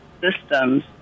systems